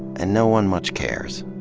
and no one much cares.